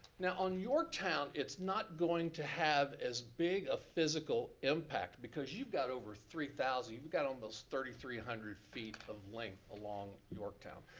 now, on yorktown it's not going to have as big a physical impact because you've got over three thousand, you've got almost three thousand three hundred feet of length along yorktown.